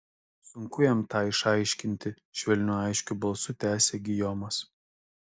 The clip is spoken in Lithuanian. sunku jam tą išaiškinti švelniu aiškiu balsu tęsė gijomas